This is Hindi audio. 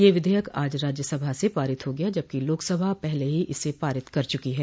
ये विधेयक आज राज्यसभा से पारित हो गया जबकि लोकसभा पहले ही इसे पारित कर चुकी है